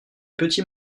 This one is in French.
petits